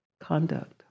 conduct